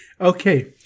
Okay